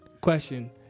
Question